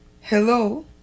hello